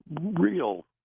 real